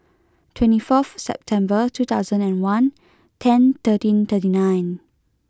twenty fourth September two thousand and one ten thirteen thirty nine